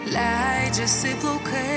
leidžiasi plaukai